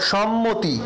সম্মতি